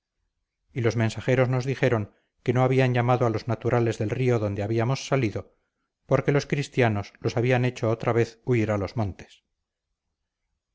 y los mensajeros nos dijeron que no habían llamado a los naturales del río donde habíamos salido porque los cristianos los habían hecho otra vez huir a los montes